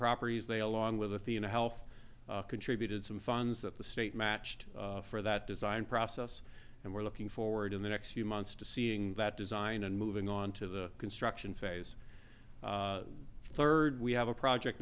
properties they along with athenahealth contributed some funds that the state matched for that design process and we're looking forward in the next few months to seeing that design and moving on to the construction phase third we have a project